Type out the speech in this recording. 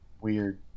weird